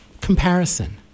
comparison